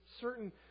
certain